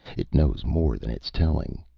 it knows more than it's telling.